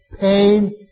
pain